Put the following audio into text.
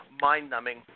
mind-numbing